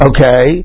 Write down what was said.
Okay